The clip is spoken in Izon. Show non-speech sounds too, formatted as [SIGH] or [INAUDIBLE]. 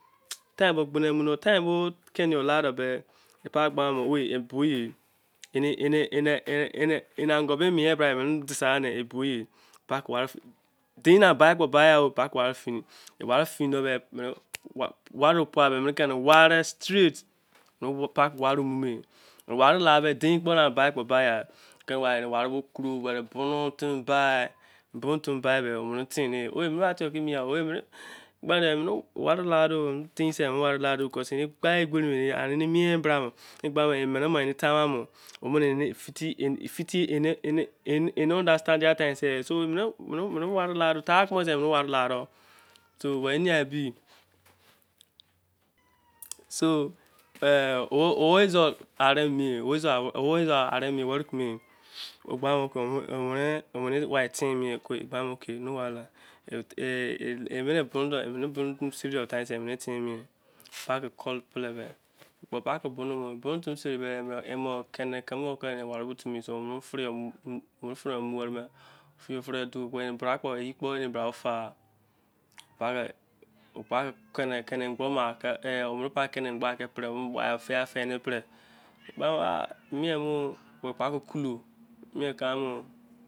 Time bobke- ne yoi kde be. pa- ke gba guy owei-oboye, eni ango mien bra me- edise agha, din sai bakpobagha pa- ke ware- mu- me- me. ware lade me. din sa baikpo bagha, bu- nu timi bai. bh- nu- timi bai omene eteine. emene ba sei ka mie gba- de mene ware k- o din se mene ware lado emene mo etai mo fifi enai un fersie and times, tare kumo sei. mena ware lado, [UNINTELLIGIBLE] onu- bou ha- re mi worry ku-me om- e- ne wy efeim. mene bu- nu tmi seri do sei mene feime. pa- ke bu- nn me. bu- nu- fimi sarife. pa- ke call pe- le-de. bu- nu- timi serivdo em keme ware fimi weme. ye mo ani bra ma fa, pa- ke ke- ne gbo ke pre- eh gba eh mieh mo pa- ke kale.